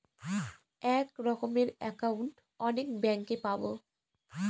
এক রকমের একাউন্ট অনেক ব্যাঙ্কে পাবো